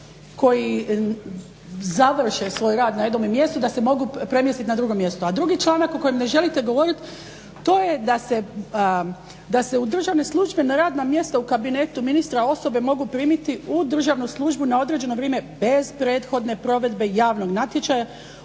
koji završe svoj rad na jednome mjestu da se mogu premjestiti na drugo mjesto. A drugi članak o kojem ne želite govoriti to je da se u državne službe na radna mjesta u Kabinetu ministra osobe mogu primiti u državnu službu na određeno vrijeme bez prethodne provedbe javnog natječaja,